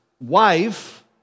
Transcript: wife